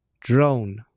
drone